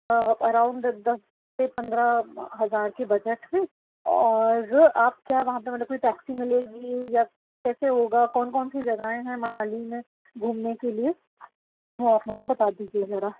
around دس سے پندرہ ہزار کے بجٹ میں اور آپ کیا وہاں پہ مطلب کہ کوئی ٹیکسی ملے گی یا کیسے ہوگا کون کون سی جگاہیں ہیں منالی میں گھومنے کے لیے وہ آپ مجھے بتا دیجیے ذرا